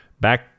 back